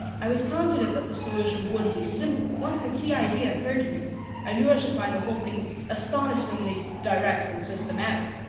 i was confident that the solution would be simple. once the key idea occurred to me i knew i should find the whole thing astonishingly direct and systematic.